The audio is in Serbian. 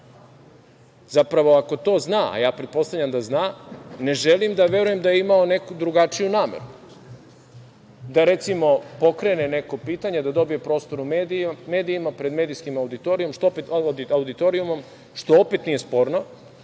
zapravo, ako to zna, a ja pretpostavljam da zna, ne želim da verujem da je imao neku drugačiju nameru, da, recimo, pokrene neko pitanje, da dobije prostor u medijima, pred medijskim auditorijumom, što opet nije sporno